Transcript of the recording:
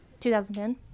2010